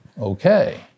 Okay